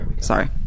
Sorry